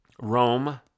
Rome